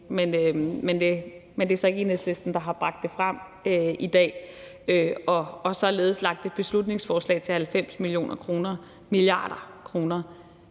men det er så ikke Enhedslisten, der har bragt det frem i dag og således lagt et beslutningsforslag til 90 mia. kr. i Folketingssalen